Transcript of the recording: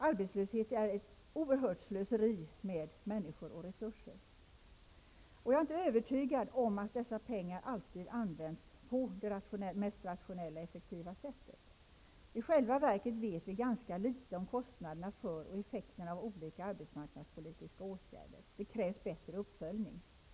Arbetslöshet är ett oerhört slöseri med människor och resurser. Jag är inte övertygad om att dessa pengar alltid används på mest rationella och effektiva sätt. I själva verket vet vi ganska litet om kostnaderna för och effekterna av olika arbetsmarknadspolitiska åtgärder. Det krävs bättre uppföljning.